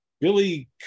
Billy